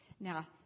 Now